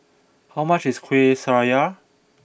how much is Kueh Syara